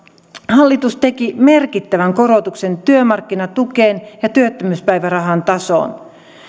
hallitus teki merkittävän korotuksen työmarkkinatukeen ja työttömyyspäivärahan tasoon